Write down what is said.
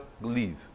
leave